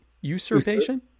usurpation